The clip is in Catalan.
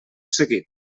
seguit